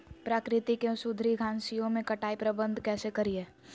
प्राकृतिक एवं सुधरी घासनियों में कटाई प्रबन्ध कैसे करीये?